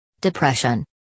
depression